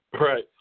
Right